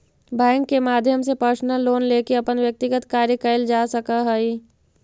bank के माध्यम से पर्सनल लोन लेके अपन व्यक्तिगत कार्य कैल जा सकऽ हइ